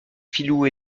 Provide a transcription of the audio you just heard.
filous